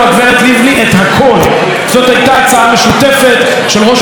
זאת הייתה הצעה משותפת של ראש הממשלה ושרת החוץ שלו,